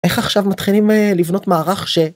איך עכשיו מתחילים לבנות מערך ש..